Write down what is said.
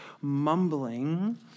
mumbling